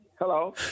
Hello